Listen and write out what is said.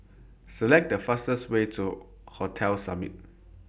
Select The fastest Way to Hotel Summit